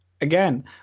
again